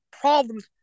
problems